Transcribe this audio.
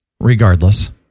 regardless